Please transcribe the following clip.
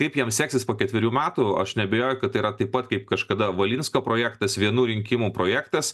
kaip jiem seksis po ketverių metų aš neabejoju kad tai yra taip pat kaip kažkada valinsko projektas vienų rinkimų projektas